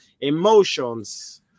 emotions